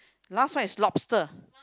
last one is lobster